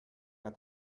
got